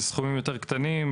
אלה סכומים יותר קטנים,